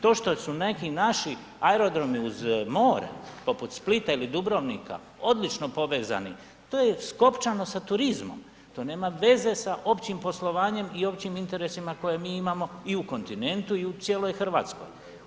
To što su neki naši aerodromi uz more poput Splita ili Dubrovnika odlično povezani, to je skopčano sa turizmom, to nema veze sa općim poslovanjem i općim interesima koje mi imamo i u kontinentu i u cijeloj Hrvatskoj.